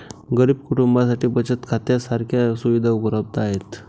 गरीब कुटुंबांसाठी बचत खात्या सारख्या सुविधा उपलब्ध आहेत